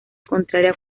contraria